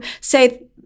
say